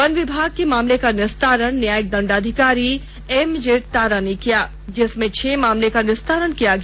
one विभाग के मामले का निस्तारण न्यायिक दंडाधिकारी एम जेड तारा ने किया जिसमें छह मामले का निस्तारण किया गया